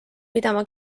pidama